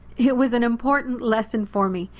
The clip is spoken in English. it was an important lesson for me,